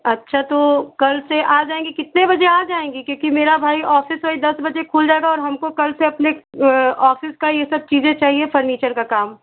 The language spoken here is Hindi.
अच्छा तो कल से आ जाएँगी कितने बजे आ जाएगी क्योंकि मेरा भाई ऑफ़िस वही दस बजे खुल जाएगा और हमको कल से अपने ऑफ़िस का यह सब चीज़ें चाहिए फ़र्नीचर का काम